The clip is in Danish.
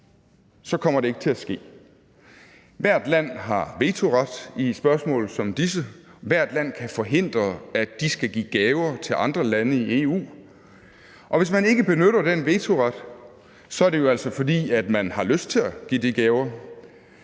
så kommer det ikke til at ske. Hvert land har vetoret i spørgsmål som disse, hvert land kan forhindre, at de skal give gaver til andre lande i EU. Hvis man ikke benytter den vetoret, er det jo altså, fordi man har lyst til at give de gaver.